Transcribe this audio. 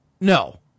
No